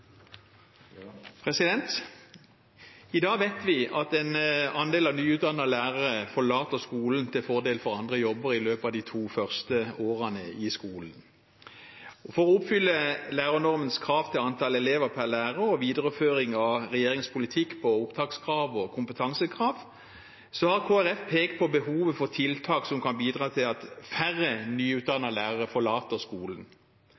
salen. I dag vet vi at en andel av nyutdannede lærere forlater skolen til fordel for andre jobber i løpet av de to første årene i skolen. For å oppfylle lærernormens krav til antall elever per lærer og videreføre regjeringens politikk når det gjelder opptakskrav og kompetansekrav, har Kristelig Folkeparti pekt på behovet for tiltak som kan bidra til at færre nyutdannede lærere forlater skolen.